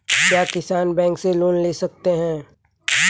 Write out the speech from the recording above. क्या किसान बैंक से लोन ले सकते हैं?